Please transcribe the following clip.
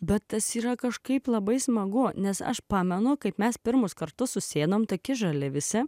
duotas yra kažkaip labai smagu nes aš pamenu kaip mes pirmos kartu susėdome tokie žali visi